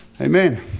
Amen